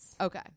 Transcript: okay